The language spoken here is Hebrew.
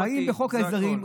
האם בחוק ההסדרים,